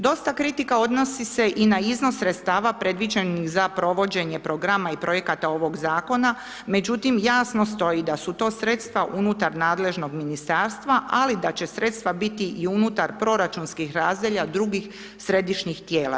Dosta kritika odnosi se i na iznos sredstava predviđenim za provođenje programa i projekata ovog zakona, međutim, jasno stoji, da su to sredstva unutar nadležnog ministarstva, ali da će sredstva biti i unutar proračunskih razdelja drugih središnjih tijela.